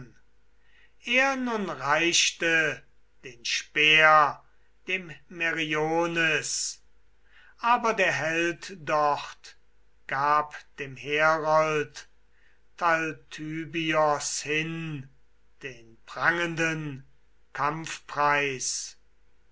er nun reichte den speer dem meriones aber der held dort gab dem herold talthybios hin den prangenden